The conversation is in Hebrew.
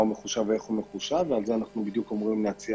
אנחנו אמורים להציע